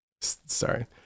Sorry